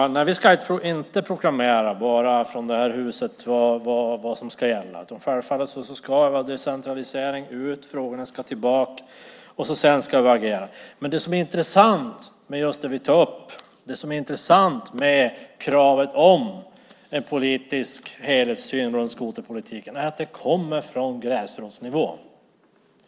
Fru talman! Vi ska inte proklamera från det här huset vad som ska gälla. Det ska självklart vara en decentralisering ut. Frågorna ska tillbaka. Sedan ska vi agera. Det som är intressant med kravet på en politisk helhetssyn på skoterpolitiken är att det kommer från gräsrotsnivå.